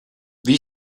bhí